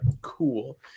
cool